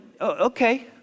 okay